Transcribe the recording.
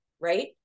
right